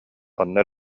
онно